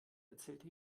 erzählte